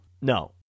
No